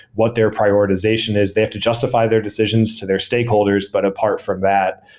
what their prioritization is. they have to justify their decisions to their stakeholders. but apart from that,